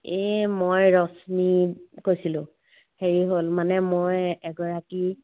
এই মই ৰশ্মি কৈছিলোঁ হেৰি হ'ল মানে মই এগৰাকী